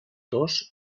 tos